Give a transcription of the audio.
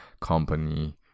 company